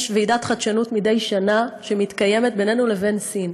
יש ועידת חדשנות מדי שנה שמתקיימת ביננו לבין סין.